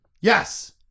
yes